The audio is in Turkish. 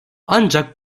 ancak